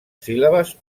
síl·labes